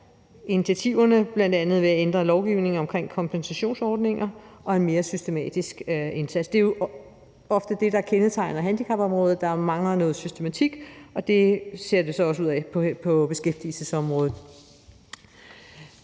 initiativerne, bl.a. ved at ændre lovgivningen omkring kompensationsordninger og ved at lave en mere systematisk indsats. Det er jo ofte det, der kendetegner handicapområdet, altså at der mangler noget systematik, og sådan ser det også ud til at være på beskæftigelsesområdet.